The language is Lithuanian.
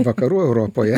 vakarų europoje